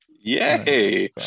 Yay